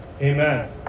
amen